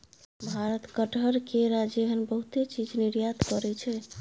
भारत कटहर, केरा जेहन बहुते चीज निर्यात करइ छै